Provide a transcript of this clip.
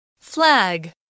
flag